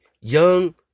young